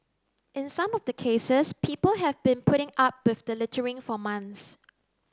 in some of the cases people have been putting up with the littering for months